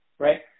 right